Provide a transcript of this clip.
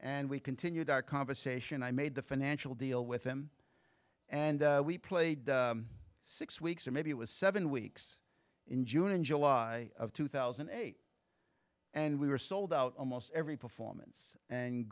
and we continued our conversation i made the financial deal with him and we played six weeks or maybe it was seven weeks in june and july of two thousand and eight and we were sold out almost every performance and